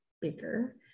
bigger